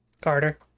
Carter